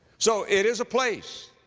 so, it is a place,